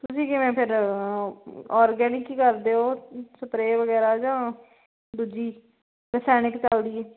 ਤੁਸੀਂ ਕਿਵੇਂ ਫਿਰ ਆਰਗੈਨਿਕ ਹੀ ਕਰਦੇ ਹੋ ਸਪਰੇ ਵਗੈਰਾ ਜਾਂ ਦੂਜੀ ਰਸਾਇਣਿਕ ਚੱਲਦੀ ਹੈ